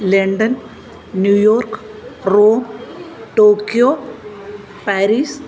London New York Rome Tokyo Paris